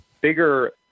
bigger